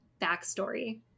backstory